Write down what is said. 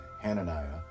Hananiah